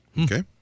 Okay